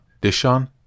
Dishon